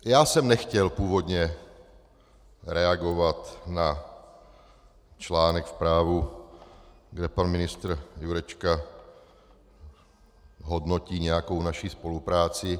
Já jsem nechtěl původně reagovat na článek v Právu, kde pan ministr Jurečka hodnotí nějakou naši spolupráci.